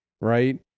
right